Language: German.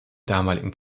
damaligen